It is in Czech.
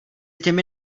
těmi